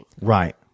right